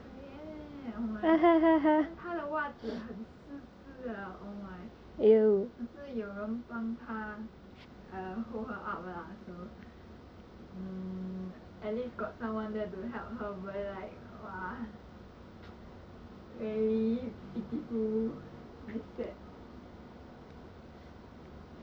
she fell on her butt leh ah 可怜 leh oh my then 她的袜子很湿湿 oh my 可是有人帮她 err hold her up lah so mm at least got someone there to help her but like !wah! very pitiful very sad